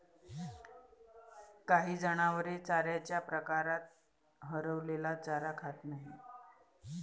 काही जनावरे चाऱ्याच्या प्रकारात हरवलेला चारा खात नाहीत